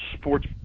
sports